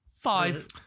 Five